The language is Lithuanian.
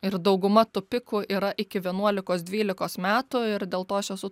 ir dauguma tų pikų yra iki vienuolikos dvylikos metų ir dėl to aš esu